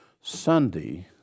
Sunday